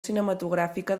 cinematogràfica